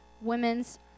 women's